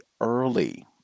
early